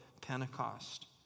Pentecost